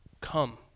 Come